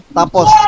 tapos